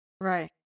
Right